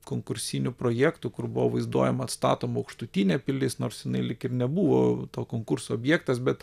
konkursinių projektų kur buvo vaizduojama atstatoma aukštutinė pilis nors jinai lyg ir nebuvo to konkurso objektas bet